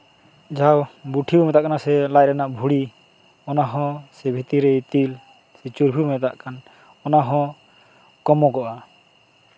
ᱡᱟᱦᱟᱸ ᱵᱩᱴᱷᱭᱟᱹ ᱠᱚ ᱢᱮᱛᱟᱜ ᱠᱟᱱᱟ ᱥᱮ ᱞᱟᱡ ᱨᱮᱱᱟᱜ ᱵᱷᱩᱲᱤ ᱚᱱᱟᱦᱚᱸ ᱥᱮ ᱵᱷᱤᱛᱤᱨ ᱨᱮ ᱤᱛᱤᱞ ᱥᱮ ᱪᱩᱞᱦᱩ ᱢᱮᱛᱟᱜ ᱠᱟᱱ ᱚᱱᱟᱦᱚᱸ ᱠᱚᱢᱚᱜᱚᱜᱼᱟ